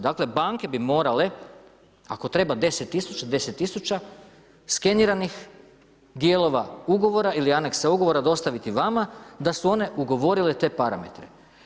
Dakle banke bi morale ako treba 10 000, 10 000, skeniranih dijelova ugovora ili aneksa ugovora dostaviti vama da su one ugovorile te parametre.